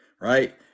right